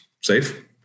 safe